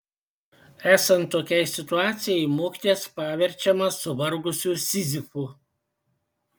esant tokiai situacijai mokytojas paverčiamas suvargusiu sizifu